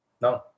No